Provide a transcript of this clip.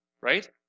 right